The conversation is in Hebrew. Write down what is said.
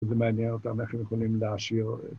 זה מעניין אותם איך הם יכולים להשאיר את...